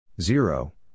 zero